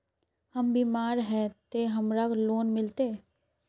हम बीमार है ते हमरा लोन मिलते?